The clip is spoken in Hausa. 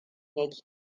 yake